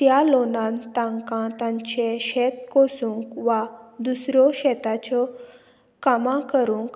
त्या लोनान तांकां तांचे शेत कसूंक वा दुसऱ्यो शेताच्यो कामां करूंक